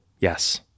Yes